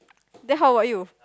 then how about you